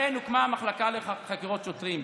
ולכן הוקמה המחלקה לחקירות שוטרים,